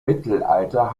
mittelalter